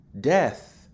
Death